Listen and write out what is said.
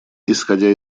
исходя